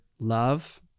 love